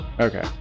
Okay